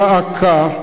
דא עקא,